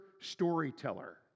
storyteller